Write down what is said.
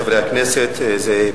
חבר הכנסת אלסאנע, בבקשה.